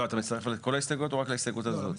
אתה מצטרף לכל ההסתייגויות או רק להסתייגות הזאת?